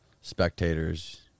spectators